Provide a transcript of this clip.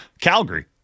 Calgary